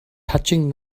touching